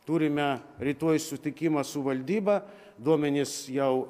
turime rytoj sutikimą su valdyba duomenis jau